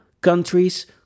countries